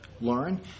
learn